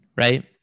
right